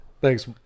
Thanks